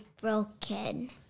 broken